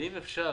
ואם אפשר